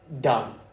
done